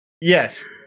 Yes